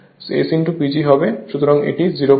সুতরাং এটি 003 59 হয়